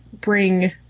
bring